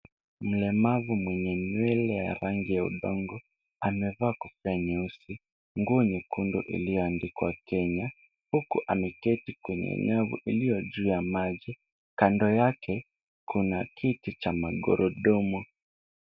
Mlemavu mwenye nywele ya rangi ya udongo amevaa kofia nyeusi, nguo nyekundu iliyoandikwa Kenya, huku ameketi kwenye nyavu iliyo juu ya maji. Kando yake kuna kiti cha magurudumu.